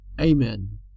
Amen